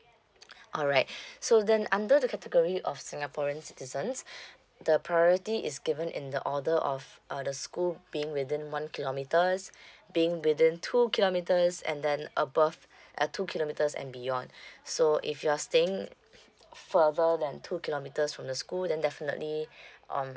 alright so then under the category of singaporean citizen the priority is given in the order of uh the school being within one kilometer being within two kilometers and then above at two kilometers and beyond so if you're staying further than two kilometers from the school then definitely um